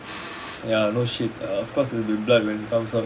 ya no shit uh of course there'll be blood when it comes out